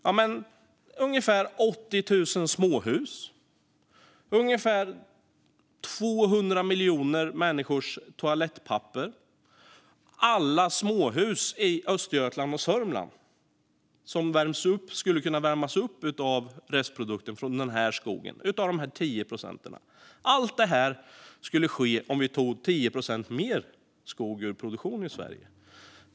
Det handlar om ungefär 80 000 småhus, ungefär 200 miljoner människors toalettpapper och alla småhus i Östergötland och Sörmland, som skulle kunna värmas upp av restprodukter från dessa 10 procent. Allt detta skulle ske om vi tog 10 procent mer skog ur produktion i Sverige.